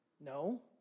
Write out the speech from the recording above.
No